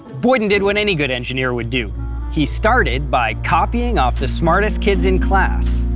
boyden did what any good engineer would do he started by copying off the smartest kids in class.